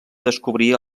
descobrir